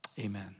Amen